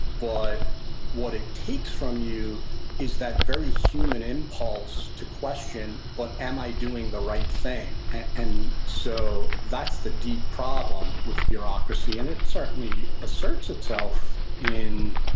but what it takes from you is that very human impulse to question, but am i doing the right thing. and so that's the deep problem with bureaucracy, and it certainly asserts itself in,